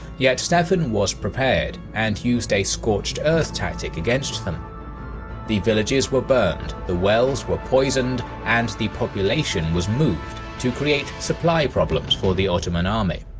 yet stephen was prepared and used a scorched earth tactic against them the villages were burned, the wells were poisoned, and the population was moved to create supply problems for the ottoman army.